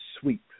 sweep